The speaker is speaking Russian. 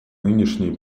нынешние